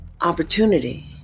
opportunity